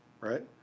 right